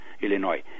Illinois